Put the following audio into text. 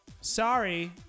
Sorry